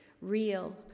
real